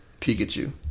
Pikachu